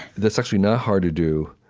that's actually not hard to do.